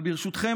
אבל ברשותכם,